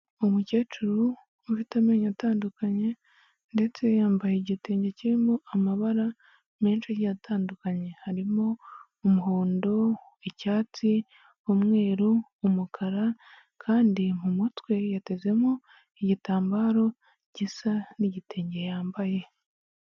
Umukecuru ufite amenyo atandukanye ndetse yambaye igitenge kirimo amabara menshi agiye atandukanye, harimo umuhondo, icyatsi, umweru, umukara kandi mu mutwe yatezemo igitambaro gisa n'igitenge yambaye.